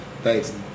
Thanks